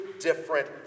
different